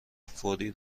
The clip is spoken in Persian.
فوری